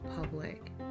public